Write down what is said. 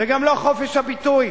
וגם לא המלים "חופש הביטוי".